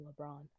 lebron